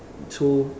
so